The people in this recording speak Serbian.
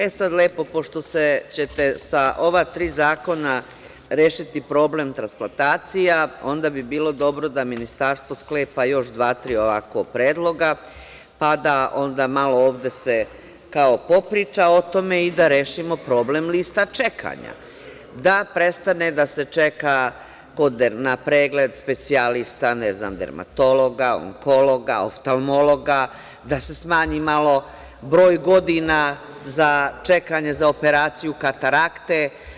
E, sad lepo, pošto ćete sa ova tri zakona rešiti problem transplantacija, onda bi bilo dobro da Ministarstvo sklepa još dva, tri ovako predloga, pa da onda malo ovde se kao popriča o tome i da rešimo problem lista čekanja, da prestane da se čeka na pregled specijalista, ne znam, dermatologa, onkologa, oftalmologa, da se smanji malo broj godina za čekanje za operaciju katarakte.